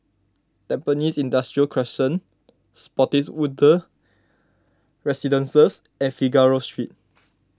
Tampines Industrial Crescent Spottiswoode Residences and Figaro Street